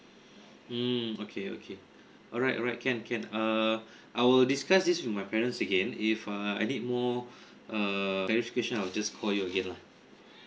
mm okay okay alright alright can can err I will discuss this with my parents again if uh I need more err verification I'll just call you again lah